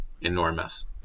enormous